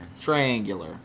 Triangular